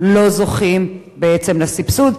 לא זוכים בעצם לסבסוד.